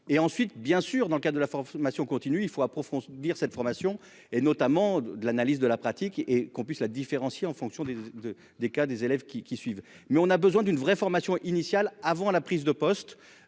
et ensuite bien sûr dans le cas de la formation continue, il faut approfondir cette formation et notamment de l'analyse de la pratique et qu'on puisse la différencier en fonction des de des cas des élèves qui qui suivent mais on a besoin d'une vraie formation initiale avant la prise de poste